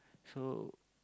so